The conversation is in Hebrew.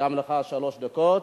גם לך שלוש דקות.